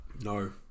No